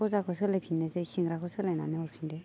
गजाखौ सोलायफिननोसै सिंग्राखौ सोलायनानै